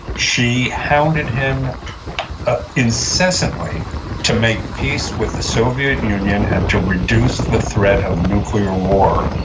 she hounded him ah incessantly to make peace with the soviet union, and to reduce the threat of nuclear war.